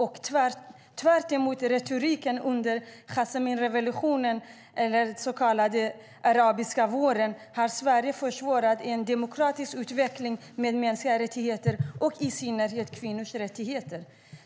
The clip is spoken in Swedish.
Och tvärtemot retoriken under Jasminrevolutionen, eller den så kallade arabiska våren, har Sverige försvårat en demokratisk utveckling med mänskliga rättigheter och i synnerhet kvinnors rättigheter.